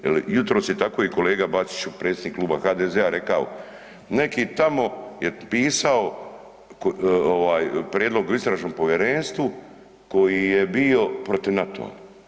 Jel jutros je tako i kolega Bačić predsjednik kluba HDZ-a rekao, neki tamo je pisao prijedlog o istražnom povjerenstvu koji je bio protiv NATO-a.